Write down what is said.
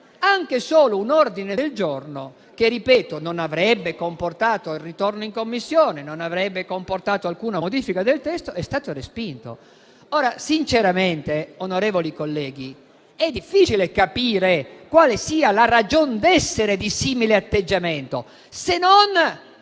anche solo un ordine del giorno, che - lo ripeto - non avrebbe comportato il ritorno del testo in Commissione, in quanto non avrebbe apportato alcuna modifica al testo, è stato respinto. Sinceramente, onorevoli colleghi, è difficile capire quale sia la ragion d'essere di un simile atteggiamento, se non